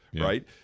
right